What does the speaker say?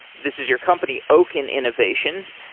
this is your company, oaken innovations,